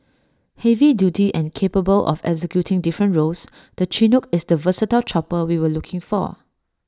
heavy duty and capable of executing different roles the Chinook is the versatile chopper we were looking for